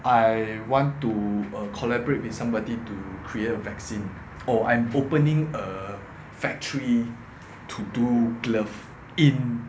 I want to uh collaborate with somebody to create a vaccine or I'm opening a factory to do glove in